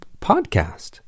podcast